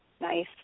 nice